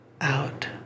out